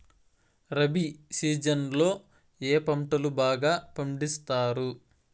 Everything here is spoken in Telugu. రబి సీజన్ లో ఏ పంటలు బాగా పండిస్తారు